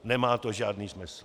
Nemá to žádný smysl.